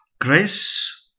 grace